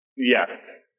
Yes